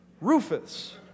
Rufus